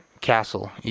Castle